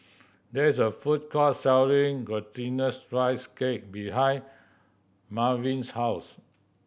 there is a food court selling Glutinous Rice Cake behind Mervin's house